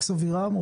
מקס אבירם,